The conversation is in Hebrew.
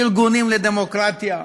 ארגונים לדמוקרטיה.